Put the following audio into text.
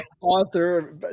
author